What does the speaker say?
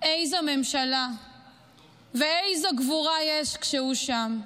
איזה ממשלה ואיזו גבורה יש כשהוא שם?